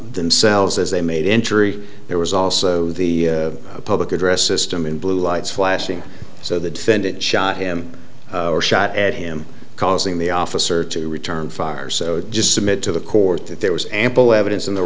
themselves as they made entry there was also the public address system in blue lights flashing so the defendant shot him or shot at him causing the officer to return fire so just submit to the court that there was ample evidence in the